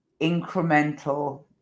incremental